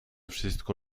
wszystko